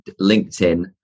LinkedIn